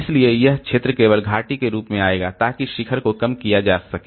इसलिए यह क्षेत्र केवल घाटी के रूप में आएगा ताकि शिखर को कम किया जा सके